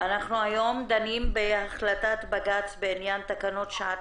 ואנחנו דנים בהחלטת בג"ץ בעניין תקנות שעת